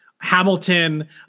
Hamilton